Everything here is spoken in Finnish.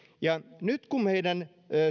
ja nyt kun meidän